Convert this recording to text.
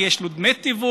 כי יש לו דמי תיווך,